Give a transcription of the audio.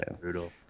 Brutal